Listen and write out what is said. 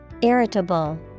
Irritable